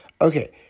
Okay